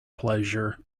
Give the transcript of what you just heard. pleasure